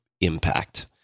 impact